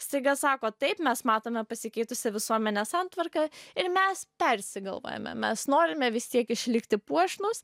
staiga sako taip mes matome pasikeitusią visuomenės santvarką ir mes persigalvojame mes norime vis tiek išlikti puošnūs